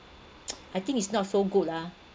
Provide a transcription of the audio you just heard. I think it's not so good lah